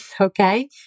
Okay